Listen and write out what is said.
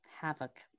havoc